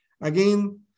Again